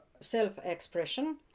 self-expression